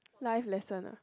life lesson ah